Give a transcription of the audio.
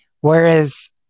Whereas